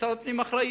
משרד הפנים אחראי.